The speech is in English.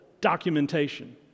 documentation